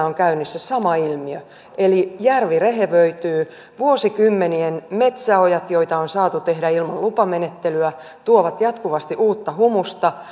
on käynnissä sama ilmiö järvi rehevöityy vuosikymmenien metsäojat joita on saatu tehdä ilman lupamenettelyä tuovat jatkuvasti uutta humusta